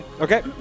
Okay